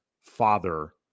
father